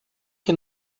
que